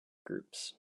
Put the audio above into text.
groups